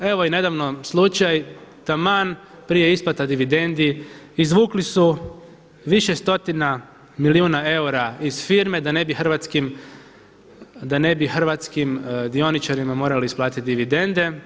Evo i nedavno slučaj, taman prije isplata dividendi, izvukli su više stotina milijuna eura iz firme da ne bi hrvatskim dioničarima morali isplatiti dividende.